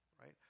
Right